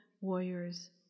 warriors